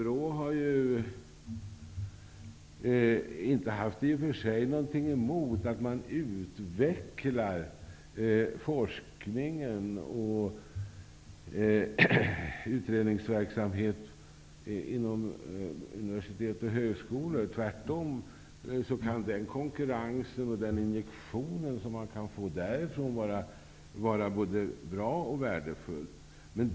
BRÅ har i och för sig inte haft någonting emot att man utvecklar forskningen och utredningsverksamhet inom universitet och högskolor. Tvärtom kan den konkurrensen och den injektion som BRÅ kan få därifrån vara bra och värdefull.